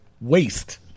waste